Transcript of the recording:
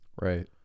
Right